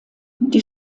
die